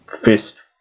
Fist